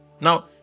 Now